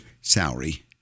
salary